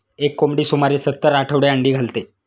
एक कोंबडी सुमारे सत्तर आठवडे अंडी घालते